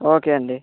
okay అండి